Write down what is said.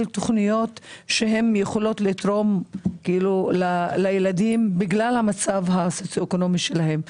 תכניות שיכולות לתרום לילדים בגלל המצב הסוציואקונומי שלהם.